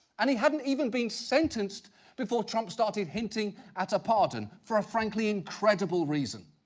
and he hadn't even been sentenced before trump started hinting at a pardon, for a frankly incredible reason.